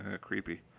Creepy